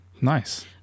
Nice